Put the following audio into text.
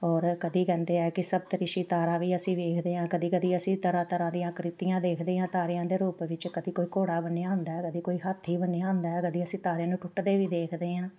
ਔਰ ਕਦੇ ਕਹਿੰਦੇ ਆ ਕਿ ਸਪਤਰਿਸ਼ੀ ਤਾਰਾ ਵੀ ਅਸੀਂ ਵੇਖਦੇ ਹਾਂ ਕਦੇ ਕਦੇ ਅਸੀਂ ਤਰ੍ਹਾਂ ਤਰ੍ਹਾਂ ਦੀਆਂ ਅਕ੍ਰਿਤੀਆਂ ਦੇਖਦੇ ਹਾਂ ਤਾਰਿਆਂ ਦੇ ਰੂਪ ਵਿੱਚ ਕਦੇ ਕੋਈ ਘੋੜਾ ਬਣਿਆ ਹੁੰਦਾ ਕਦੇ ਕੋਈ ਹਾਥੀ ਬਣਿਆ ਹੁੰਦਾ ਕਦੇ ਅਸੀਂ ਤਾਰੇ ਨੂੰ ਟੁੱਟਦੇ ਵੀ ਦੇਖਦੇ ਹਾਂ